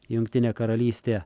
jungtinę karalystę